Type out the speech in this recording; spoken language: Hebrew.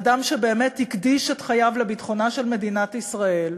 אדם שבאמת הקדיש את חייו לביטחונה של מדינת ישראל,